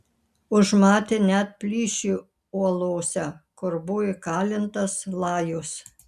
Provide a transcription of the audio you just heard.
užmatė net plyšį uolose kur buvo įkalintas lajus